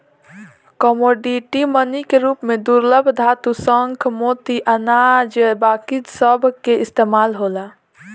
commodity money के रूप में दुर्लभ धातु, शंख, मोती, अनाज बाकी सभ के इस्तमाल होला